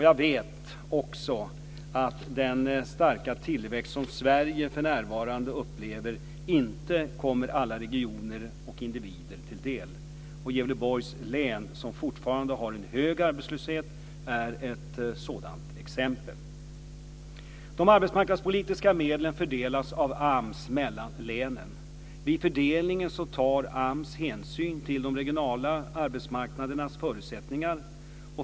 Jag vet också att den starka tillväxt som Sverige för närvarande upplever inte kommer alla regioner och individer till del, Gävleborgs län som fortfarande har en hög arbetslöshet är ett sådant exempel. AMS mellan länen. Vid fördelningen tar AMS hänsyn till de regionala arbetsmarknadernas förutsättningar.